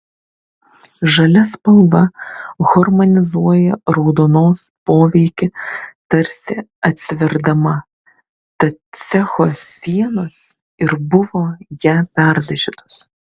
žalia spalva harmonizuoja raudonos poveikį tarsi atsverdama tad cecho sienos ir buvo ja perdažytos